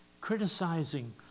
Criticizing